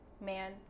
Man